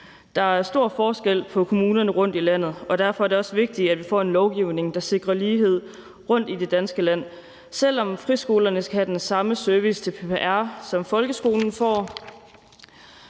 Der er stor forskel på kommunerne rundtom i landet, og derfor er det også vigtigt, at vi får en lovgivning, der sikrer lighed i det danske land. Selv om friskolerne skal have den samme service til PPR, som folkeskolen får,